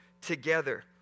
together